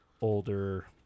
older